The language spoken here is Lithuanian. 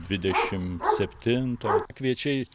dvidešim septinto kviečiai